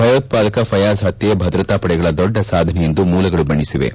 ಭಯೋತ್ಪಾದಕ ಫ್ಲೆಯಾಜ್ ಹತ್ತೆ ಭದ್ರತಾ ಪಡೆಗಳ ದೊಡ್ಡ ಸಾಧನೆ ಎಂದು ಮೂಲಗಳು ಬಣ್ಣೆಸಿವೆ